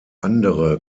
andere